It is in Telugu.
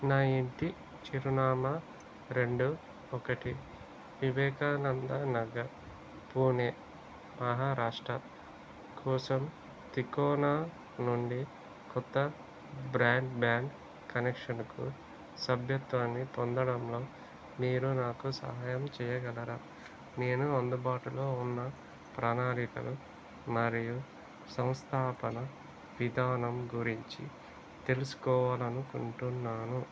నా ఇంటి చిరునామా రెండు ఒకటి వివేకానంద నగర్ పూణే మహారాష్ట్ర కోసం తికోనా నుండి కొత్త బ్రాడ్బ్యాండ్ కనెక్షన్కు సభ్యత్వాన్ని పొందడంలో మీరు నాకు సహాయం చేయగలరా నేను అందుబాటులో ఉన్న ప్రణాళికలు మరియు సంస్థాపన విధానం గురించి తెలుసుకోవాలనుకుంటున్నాను